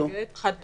חד פעמי.